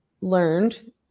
learned